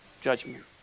judgment